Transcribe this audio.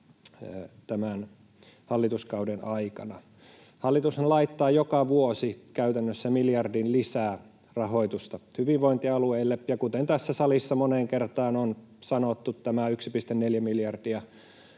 tämän hallituskauden aikana. Hallitushan laittaa joka vuosi käytännössä miljardin lisää rahoitusta hyvinvointialueille, ja kuten tässä salissa moneen kertaan on sanottu, tämä 1,4 miljardia